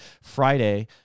Friday